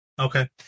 Okay